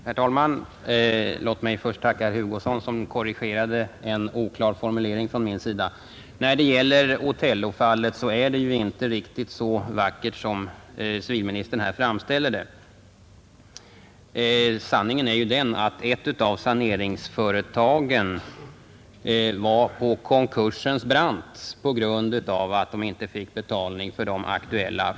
Herr talman! Låt mig först tacka herr Hugosson för att han korrigerade en oklar formulering från min sida. När det gäller Otello-fallet var väl allting inte riktigt så bra som socialministern här framställde det. Sanningen är i stället den att ett av saneringsföretagen befann sig på konkursens brant därför att man inte fick betalt för sina fakturor.